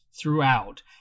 throughout